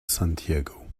santiago